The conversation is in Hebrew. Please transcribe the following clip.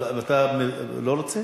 אתה לא רוצה?